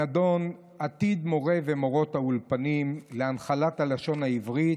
הנדון: עתיד מורים ומורות האולפנים להנחלת הלשון העברית,